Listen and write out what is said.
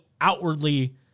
outwardly